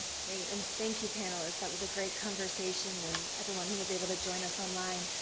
great. and thank you panelists, that was a great conversation, and everyone who was able to join us online.